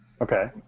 Okay